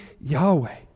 Yahweh